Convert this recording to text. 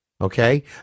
okay